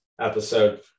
episode